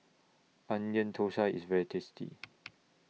Onion Thosai IS very tasty